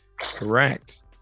Correct